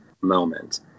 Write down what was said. moment